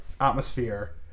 atmosphere